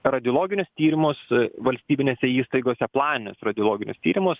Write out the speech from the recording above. radiologinius tyrimus valstybinėse įstaigose planinius radiologinius tyrimus